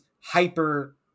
hyper